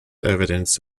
evidence